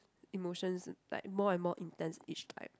emotions uh like more and more intense each time